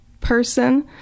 person